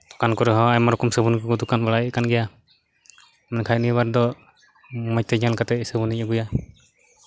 ᱫᱚᱠᱟᱱ ᱠᱚᱨᱮ ᱦᱚᱸ ᱟᱭᱢᱟ ᱨᱚᱠᱚᱢ ᱥᱟᱵᱚᱱ ᱠᱚᱠᱚ ᱫᱚᱠᱟᱱ ᱵᱟᱲᱟᱭᱮᱫ ᱠᱟᱱ ᱜᱮᱭᱟ ᱢᱮᱱᱠᱷᱟᱡ ᱱᱤᱭᱟᱹ ᱵᱟᱨ ᱫᱚ ᱢᱚᱡᱽ ᱛᱮ ᱧᱮᱞ ᱠᱟᱛᱮᱫ ᱥᱟᱵᱚᱱᱤᱧ ᱟᱜᱩᱭᱟ